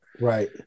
Right